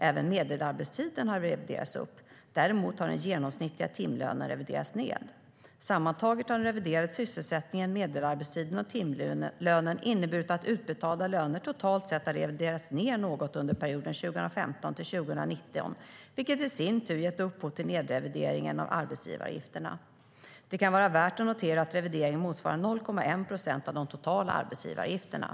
Även medelarbetstiden har reviderats upp. Däremot har den genomsnittliga timlönen reviderats ned. Sammantaget har den reviderade sysselsättningen, medelarbetstiden och timlönen inneburit att utbetalda löner totalt sett har reviderats ned något under perioden 2015-2019, vilket i sin tur gett upphov till nedrevideringen av arbetsgivaravgifterna. Det kan vara värt att notera att revideringen motsvarar 0,1 procent av de totala arbetsgivaravgifterna.